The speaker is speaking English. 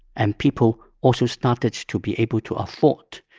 and people also started to be able to afford